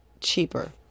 cheaper